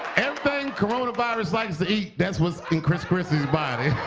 everything coronavirus likes to eat, that's what's in chris christie's body.